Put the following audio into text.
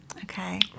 Okay